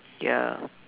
ya